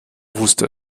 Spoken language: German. wusste